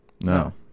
no